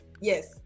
Yes